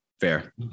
Fair